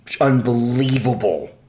unbelievable